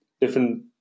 different